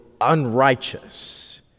unrighteous